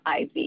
IV